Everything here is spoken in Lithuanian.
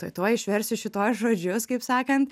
tuoj tuoj išvirsiu šituos žodžius kaip sakant